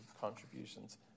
contributions